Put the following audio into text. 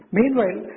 Meanwhile